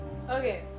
Okay